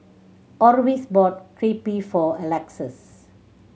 Orvis bought Crepe for Alexus